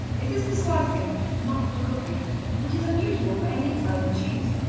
this is for slicing not for cooking which is unusual for any italian cheese.